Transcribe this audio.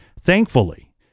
Thankfully